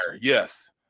Yes